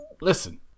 Listen